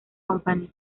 company